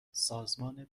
سازمان